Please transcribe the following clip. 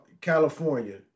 California